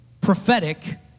prophetic